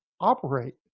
operate